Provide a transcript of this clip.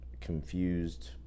confused